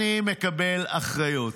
השני: אני מקבל אחריות.